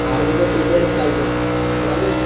अर्ध तर फेकवरचं चालते तर माझं